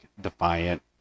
defiant